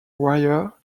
wire